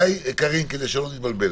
קארין, כדי שלא נתבלבל,